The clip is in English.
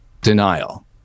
denial